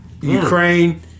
Ukraine